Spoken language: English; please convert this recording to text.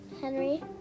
Henry